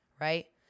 Right